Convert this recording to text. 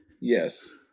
Yes